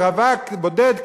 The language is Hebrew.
ורווק בודד,